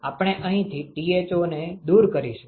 આપણે અહીંથી Tho ને દૂર કરીશું